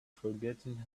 forgotten